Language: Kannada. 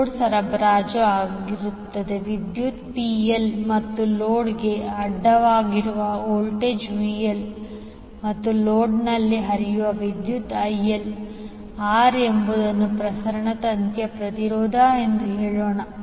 ಲೋಡ್ಗೆ ಸರಬರಾಜು ಆಗುತ್ತಿರುವ ವಿದ್ಯುತ್ PL ಮತ್ತು ಲೋಡ್ಗೆ ಅಡ್ಡಲಾಗಿರುವ ವೋಲ್ಟೇಜ್ VLಮತ್ತು ಲೋಡ್ನಲ್ಲಿ ಹರಿಯುವ ವಿದ್ಯುತ್ IL R ಎಂಬುದು ಪ್ರಸರಣ ತಂತಿಯ ಪ್ರತಿರೋಧ ಎಂದು ಹೇಳೋಣ